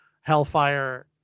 Hellfire